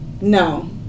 no